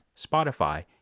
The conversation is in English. Spotify